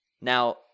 Now